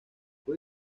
fue